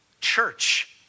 Church